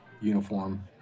uniform